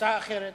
הצעה אחרת